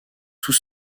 tout